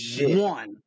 one